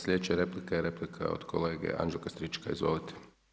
Slijedeća replika je replika od kolege Anđelka Stričaka, izvolite.